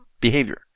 behavior